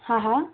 હા હા